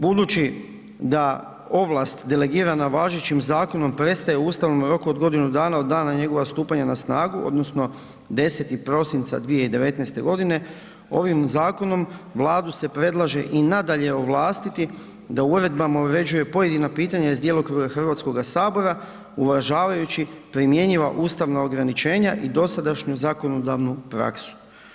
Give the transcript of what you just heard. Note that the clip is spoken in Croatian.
Budući da ovlast delegirana važećim zakonom prestaje ustavnim rokom od godinu dana od dana njegova stupanja na snagu, odnosno 10. prosinca 2019. godine, ovim zakonom, Vladu se predlaže i nadalje ovlastiti da uredbama uređuje pojedina pitanja iz djelokruga HS-a uvažavajući primjenjiva ustavna ograničenja i dosadašnju zakonodavnu praksu.